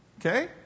okay